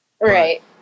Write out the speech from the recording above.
Right